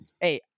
hey